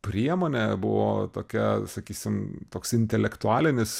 priemonė buvo tokia sakysim toks intelektualinis